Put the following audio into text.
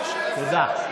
תודה.